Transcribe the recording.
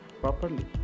properly